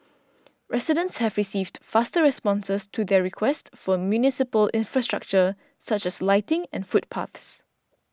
residents have received faster responses to their requests for municipal infrastructure such as lighting and footpaths